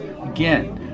Again